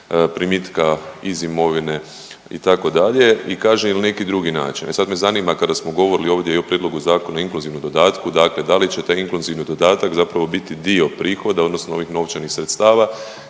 primitka iz imovine itd. i kaže il neki drugi način. E sad me zanima kada smo govorili ovdje i o prijedlogu Zakona o inkluzivnom dodatku dakle da li će taj inkluzivni dodatak zapravo biti dio prihoda odnosno ovih novčanih sredstava